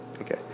Okay